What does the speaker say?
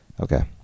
okay